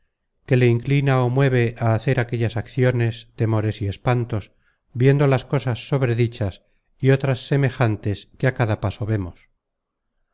que le inclina ó mueve a hacer aquellas acciones temores y espantos viendo las cosas sobredichas y otras semejantes que a cada paso vemos